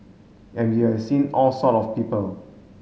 and you have seen all sort of people